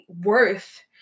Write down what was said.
worth